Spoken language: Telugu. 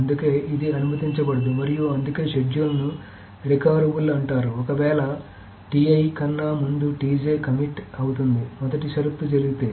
అందుకే ఇది అనుమతించబడదు మరియు అందుకే షెడ్యూల్ను రికవరబుల్ అంటారు ఒకవేళ ఒకవేళ కన్నా ముందు కమిట్ అవుతుంది మొదటి షరతు జరిగితే